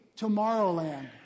Tomorrowland